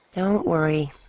don't worry.